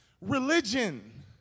religion